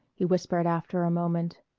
he whispered after a moment.